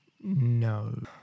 No